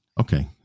Okay